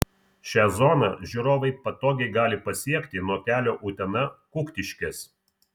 šią zoną žiūrovai patogiai gali pasiekti nuo kelio utena kuktiškės